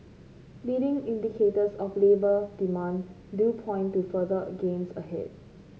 leading indicators of labour demand do point to further gains ahead